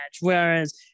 Whereas